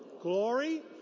glory